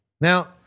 Now